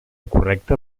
correcta